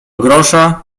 grosza